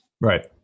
Right